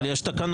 אבל יש תקנון.